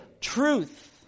truth